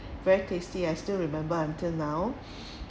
very tasty I still remember until now